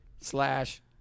Slash